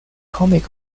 comic